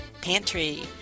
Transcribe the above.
pantry